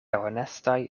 honestaj